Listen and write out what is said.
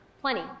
Plenty